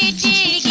ah da